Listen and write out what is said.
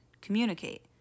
Communicate